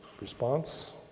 Response